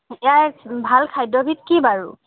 ইয়াৰ ভাল খাদ্যবিধ কি বাৰু